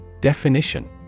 Definition